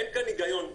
אבל אין כאן היגיון.